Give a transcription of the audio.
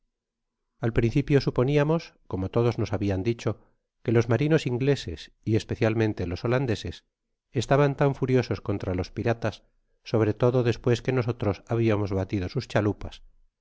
al principio suponiamos como todos nos habiaa dicho que los marinos ingleses y especialmente los holandeses estaban tan furiosos contra los piratas sobre todo despues que nosotros habiamos batido sus chalupas